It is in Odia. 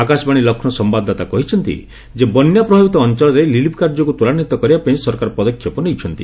ଆକାଶବାଣୀ ଲକ୍ଷ୍ମୌ ସମ୍ଭାଦଦାତା କହିଛନ୍ତି ଯେ ବନ୍ୟା ପ୍ରଭାବିତ ଅଞ୍ଚଳରେ ରିଲିଫ କାର୍ଯ୍ୟକୁ ତ୍ୱରାନ୍ୱିତ କରିବା ପାଇଁ ସରକାର ପଦକ୍ଷେପ ନେଇଛନ୍ତି